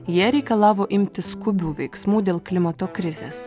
jie reikalavo imtis skubių veiksmų dėl klimato krizės